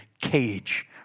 cage